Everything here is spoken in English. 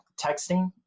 texting